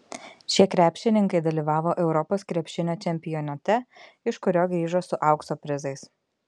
šie krepšininkai dalyvavo europos krepšinio čempionate iš kurio grįžo su aukso prizais